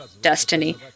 destiny